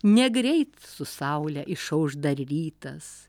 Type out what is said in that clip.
negreit su saule išauš dar rytas